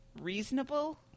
reasonable